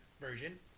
version